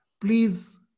please